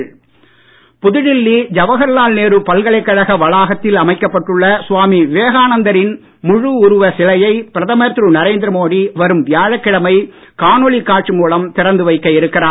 மோடி விவேகானந்தர் புதுடெல்லி ஜவஹர்லால் நேரு பல்கலைக்கழக வளாகத்தில் அமைக்கப்பட்டுள்ள சுவாமி விவேகானந்தரின் முழு உருவச் சிலையை பிரதமர் திரு நரேந்திர மோடி வரும் வியாழக்கிழமை காணொளி காட்சி மூலம் திறந்து வைக்க இருக்கிறார்